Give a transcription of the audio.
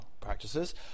practices